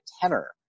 tenor